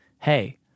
hey